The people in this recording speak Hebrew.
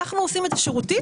אנחנו עושיך את זה שרירותית,